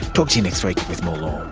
talk to you next week with more law